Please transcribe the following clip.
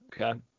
okay